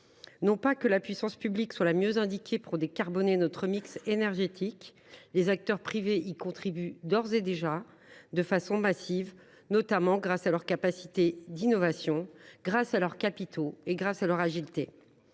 pas que la puissance publique soit la mieux indiquée pour décarboner notre mix énergétique : les acteurs privés y contribuent d’ores et déjà de façon massive, notamment grâce à leur capacité d’innovation, à leurs capitaux et à leur agilité.